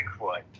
Bigfoot